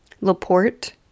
Laporte